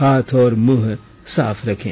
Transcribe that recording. हाथ और मुंह साफ रखें